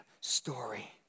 story